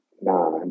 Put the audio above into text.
nah